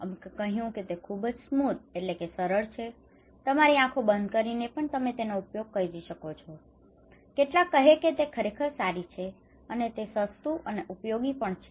અમુકે કહ્યું કે તે ખૂબ જ સ્મૂધ smooth સરળ છે તમારી આંખો બંધ કરીને પણ તેનો ઉપયોગ કરી શકો કેટલાક કહે છે કે તે ખરેખર સારી છે અને તે સસ્તુ અને ઉપયોગી પણ છે